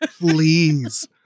please